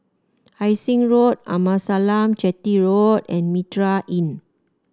Hai Sing Road Amasalam Chetty Road and Mitraa Inn